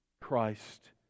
Christ